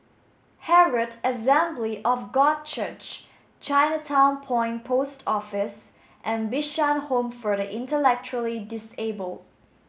Herald Assembly of God Church Chinatown Point Post Office and Bishan Home for the Intellectually Disabled